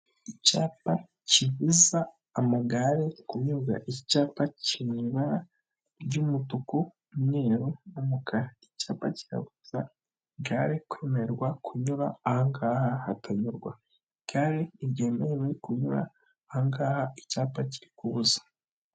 Icyapa kibuza amagare kunyurwa. Iki cyapa kiri mu ibara ry'umutuku, umweru, n'umukara. Icyapa kikabuza igare kwemererwa kunyura aha ngaha hatamerewe kunyurwa kandi ntibyemewe kunyura aha ngaha icyapa kiri kubuza.